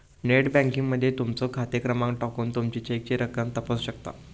net banking मध्ये तुमचो खाते क्रमांक टाकून तुमी चेकची रक्कम तपासू शकता